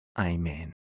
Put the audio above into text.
Amen